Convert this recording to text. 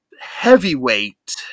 heavyweight